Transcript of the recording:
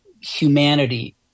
humanity